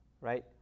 Right